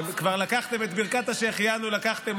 את ברכת שהחיינו כבר לקחתם,